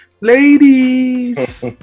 Ladies